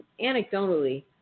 anecdotally